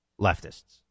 leftists